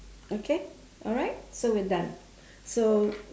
okay alright so we're done so